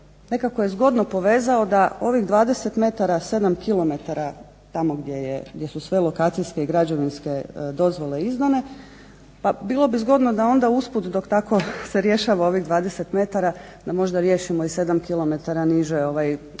nekako je zgodno povezao da ovih 20m, 7km tamo gdje su sve lokacijske i građevinske dozvole izdane pa bilo bi zgodno da onda uz put dok se tako rješava ovih 20m da možda riješimo i 7km niže